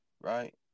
Right